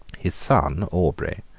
his son aubrey,